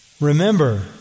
Remember